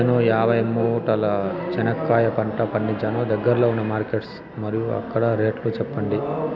నేను యాభై మూటల చెనక్కాయ పంట పండించాను దగ్గర్లో ఉన్న మార్కెట్స్ మరియు అక్కడ రేట్లు చెప్పండి?